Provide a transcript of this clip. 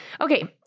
Okay